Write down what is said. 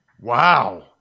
Wow